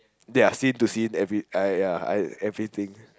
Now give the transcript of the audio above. there are scene to scene every I ya I everything